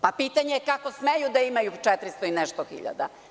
Pitanje je kako smeju da imaju 400 i nešto hiljada?